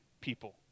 people